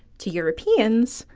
to europeans,